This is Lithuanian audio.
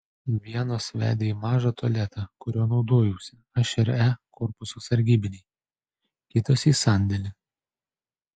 vienos vedė į mažą tualetą kuriuo naudojausi aš ir e korpuso sargybiniai kitos į sandėlį